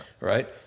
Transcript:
right